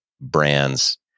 brands